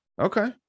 Okay